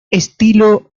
estilo